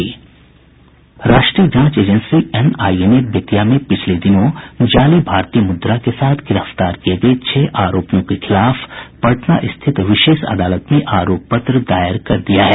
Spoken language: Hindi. राष्ट्रीय जांच एजेंसी एनआईए ने बेतिया में पिछले दिनों जाली भारतीय मुद्रा के साथ गिरफ्तार किये गये छह आरोपियों के खिलाफ पटना स्थित विशेष अदालत में आरोप पत्र दायर कर दिया है